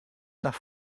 nach